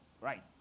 right